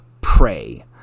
pray